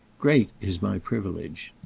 great is my privilege.